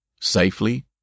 safely